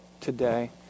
today